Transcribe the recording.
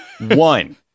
One